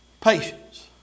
patience